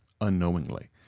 unknowingly